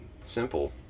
simple